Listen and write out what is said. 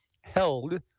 held